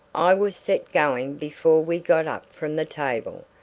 i was set going before we got up from the table.